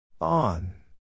On